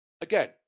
again